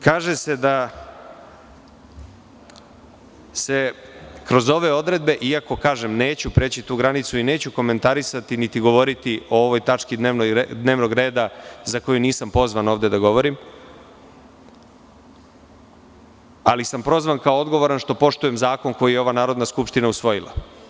Kaže se da kroz ove odredbe, iako kažem da neću preći tu granicu i neću komentarisati niti govoriti o ovoj tački dnevnog reda za koju nisam pozvan da ovde govorim, ali sam prozvan kao odgovoran što poštujem zakon koji je ova Narodna skupština usvojila.